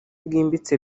bwimbitse